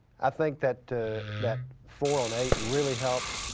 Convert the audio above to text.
i think that that four on eight really helped.